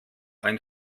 ein